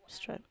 stripe